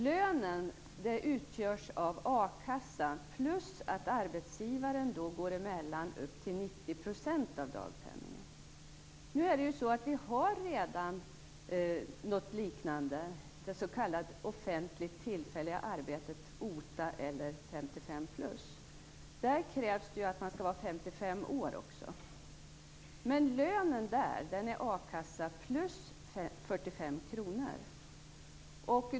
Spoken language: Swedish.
Lönen utgörs av a-kassa samt att arbetsgivaren står för mellanskillnaden upp till 90 % av dagpenningen. Vi har redan något liknande, det s.k. offentligt tillfälliga arbetet, OTA eller 55-plus. Där krävs att man skall vara 55 år också. Men lönen är i det fallet a-kassa plus 45 kr.